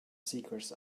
seekers